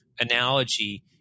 analogy